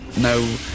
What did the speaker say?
no